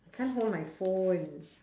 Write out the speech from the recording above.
can't hold my phone